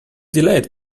delayed